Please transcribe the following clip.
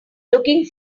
looking